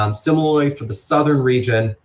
um similarly for the southern region,